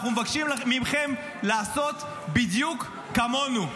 אנחנו מבקשים מכם לעשות בדיוק כמונו.